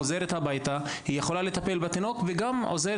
חוזרת הביתה ויכולה לטפל בתינוק וגם לעזור